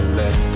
let